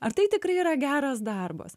ar tai tikrai yra geras darbas